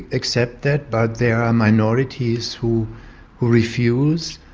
accept that, but there are minorities who who refuse.